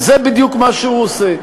וזה בדיוק מה שהוא עושה.